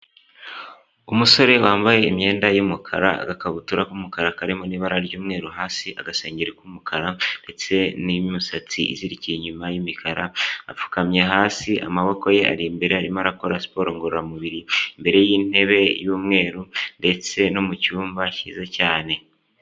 Umusore wambaye imyenda y'umukara, agakabutura k'umukara karimo n'ibara ry'umweru hasi, agasengeri k'umukara ndetse n'imisatsi izirikiye inyuma y'imikara. Apfukamye hasi amaboko ye ari imbere, arimo arakora siporo ngororamubiri imbere y'intebe y'umweru ndetse no mu cyumba cyiza cyane.